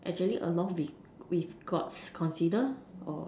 actually along with with gods consider